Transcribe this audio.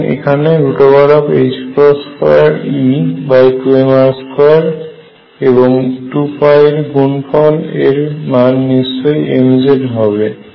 এবং এখানে 2E2mR2 এবং 2π এর গুণফল এর মান নিশ্চয়ই mz হবে